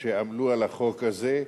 שעמלו על החוק הזה,